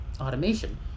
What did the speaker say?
automation